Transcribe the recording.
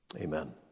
Amen